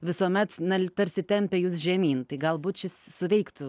visuomet na tarsi tempia jus žemyn tai galbūt šis suveiktų